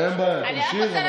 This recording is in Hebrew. אין בעיה, תמשיך.